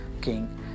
king